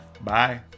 Bye